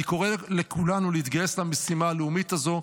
אני קורא לכולנו להתגייס למשימה הלאומית הזו.